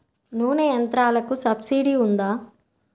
నూనె యంత్రాలకు సబ్సిడీ ఉందా?